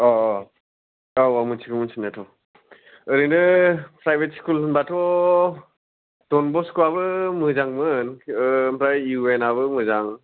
औ औ औ औ मिथिगौ मिथिनायाथ' ओरैनो प्राइभेट स्कुल होनबाथ' दन बस्क'याबो मोजांमोन ओह आमफ्राय इउएन आबो मोजां